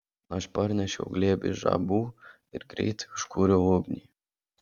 aš parnešiau glėbį žabų ir greitai užkūriau ugnį